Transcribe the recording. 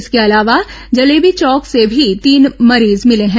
इसके अलावा जलेबी चौक से भी तीन मरीज मिले हैं